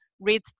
read